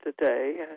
today